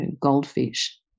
goldfish